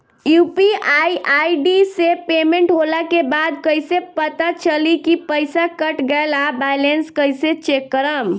UPI ID से payment होला के बाद कइसे पता चली की पईसा कट गएल आ बैलेंस कइसे चेक करम?